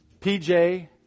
PJ